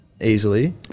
easily